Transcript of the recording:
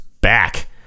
back